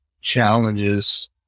Challenges